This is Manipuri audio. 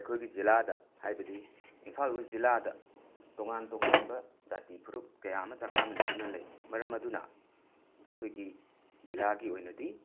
ꯑꯩꯈꯣꯏꯒꯤ ꯖꯤꯂꯥꯗ ꯍꯥꯏꯕꯗꯤ ꯏꯝꯐꯥꯜ ꯋꯦꯁ ꯖꯤꯂꯥꯗ ꯇꯣꯉꯥꯟ ꯇꯣꯉꯥꯟꯕ ꯖꯥꯇꯤ ꯐꯨꯔꯨꯞ ꯀꯌꯥ ꯑꯃ ꯆꯥꯛꯇꯥꯃꯤꯅꯗꯨꯅ ꯂꯩ ꯃꯔꯝ ꯑꯗꯨꯅ ꯑꯩꯈꯣꯏꯒꯤ ꯖꯤꯂꯥꯒꯤ ꯑꯣꯏꯅꯗꯤ